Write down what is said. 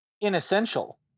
inessential